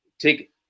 take